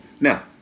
Now